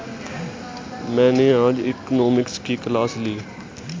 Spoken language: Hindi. मैंने आज इकोनॉमिक्स की क्लास ली